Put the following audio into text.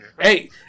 Hey